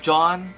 John